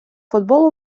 футбол